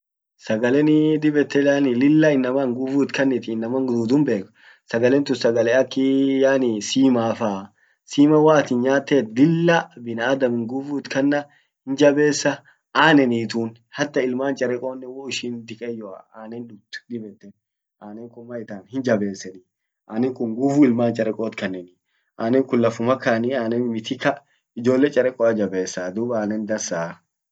Sagalenii dib yette yani lilla nguvu innamat kannit innaman duudun bek sagalen tun sagale akii yani sima faa. sima woat nyaattet lilla binaadam nguvu it kanna hin jabesa anenii tun hata ilman charekonen wo ishin diqayoa anan duud dib yette anan kun maitan hin jabesanii anen kun nguvu ilman charekot kannani anen kun lafuma kani anan mitika ijolle charekoa jabessaa dum anan dansaa.